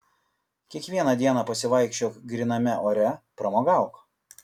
kiekvieną dieną pasivaikščiok gryname ore pramogauk